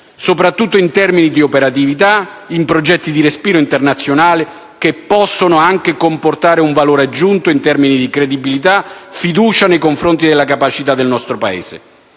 soprattutto in termini di operatività in progetti dì respiro internazionale che possono anche comportare un valore aggiunto in termini di credibilità e fiducia nei confronti della capacità del nostro Paese.